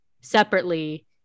separately